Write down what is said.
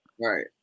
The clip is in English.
Right